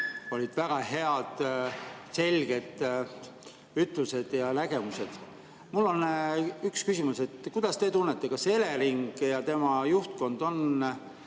selles väga head selged ütlused ja nägemused. Mul on üks küsimus: kuidas te tunnete, kas Elering ja tema juhtkond on